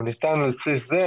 הוא ניתן על בסיס זה,